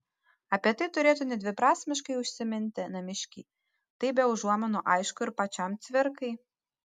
apie tai turėtų nedviprasmiškai užsiminti namiškiai tai be užuominų aišku ir pačiam cvirkai